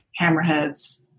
hammerheads